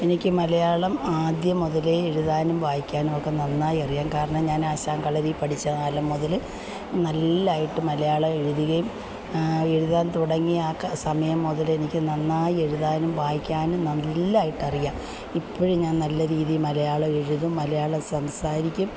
എനിക്ക് മലയാളം ആദ്യം മുതലേ എഴുതാനും വായിക്കാനൊക്കെ നന്നായി അറിയാം കാരണം ഞാന് ആശാന് കളരിയിൽ പഠിച്ച കാലം മുതൽ നല്ലതായിട്ട് മലയാളം എഴുതുകയും എഴുതാന് തുടങ്ങിയ ആ സമയം മുതൽ എനിക്ക് നന്നായി എഴുതാനും വായിക്കാനും നല്ലതായിട്ട് അറിയാം ഇപ്പോഴും ഞാന് നല്ല രീതിയിൽ മലയാളം എഴുതും മലയാളം സംസാരിക്കും